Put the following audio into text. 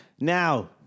Now